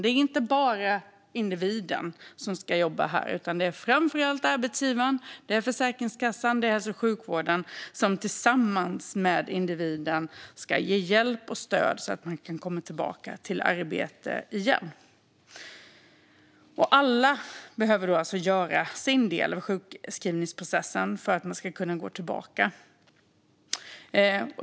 Det är inte bara individen som ska jobba här, utan det är framför allt arbetsgivaren, Försäkringskassan och hälso och sjukvården som tillsammans med individen ska ge hjälp och stöd så att människor kan komma tillbaka till arbete igen. Alla behöver göra sin del under sjukskrivningsprocessen för att människor ska kunna gå tillbaka.